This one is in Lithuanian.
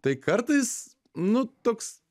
tai kartais nu toks